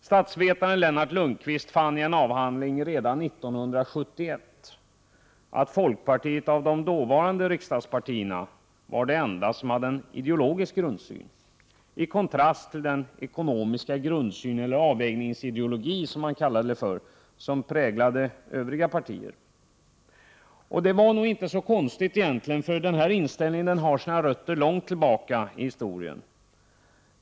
Statsvetaren Lennart Lundquist fann i en avhandling redan 1971 att folkpartiet av de dåvarande riksdagspartierna var det enda som hade en ideologisk grundsyn, i kontrast till den ekonomiska grundsyn, eller avvägningsideologi som han kallade det, som präglade övriga partier. Och det var nogiinte så konstigt egentligen, för den här inställningen har sina rötter långt tillbaka i historien.